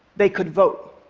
they could vote.